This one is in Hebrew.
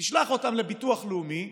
תשלח אותם לביטוח לאומי,